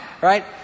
right